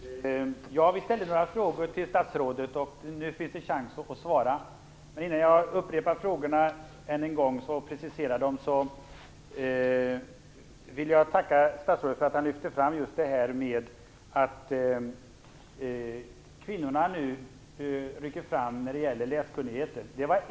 Fru talman! Vi ställde några frågor till statsrådet, och nu har han en chans att svara. Innan jag upprepar frågorna än en gång och preciserar dem vill jag tacka statsrådet för att han lyfte fram det faktum att kvinnorna nu rycker fram när det gäller läskunnigheten.